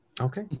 okay